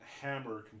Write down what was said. Hammer